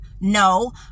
No